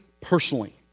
personally